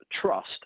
trust